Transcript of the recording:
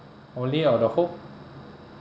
only in the home